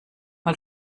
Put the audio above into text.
mal